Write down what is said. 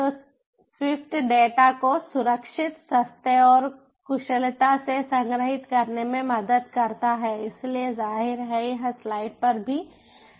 तो Swift data को सुरक्षित सस्ते और कुशलता से संग्रहीत करने में मदद करता है इसलिए जाहिर है यह स्लाइड पर भी लिखा गया है